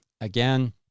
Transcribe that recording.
again